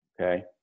okay